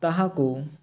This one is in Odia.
ତାହାକୁ